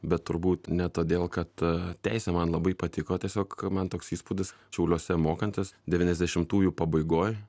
bet turbūt ne todėl kad teisė man labai patiko tiesiog man toks įspūdis šiauliuose mokantis devyniasdešimtųjų pabaigoj